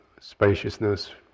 spaciousness